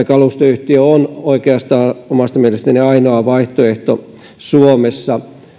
kalustoyhtiö on oikeastaan omasta mielestäni ainoa vaihtoehto suomessa